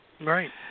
Right